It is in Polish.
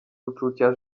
uczucia